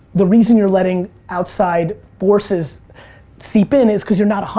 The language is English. the reason you're letting outside forces seep in is cause you're not,